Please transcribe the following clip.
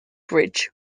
bridge